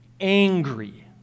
angry